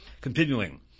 Continuing